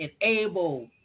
enable